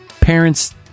parents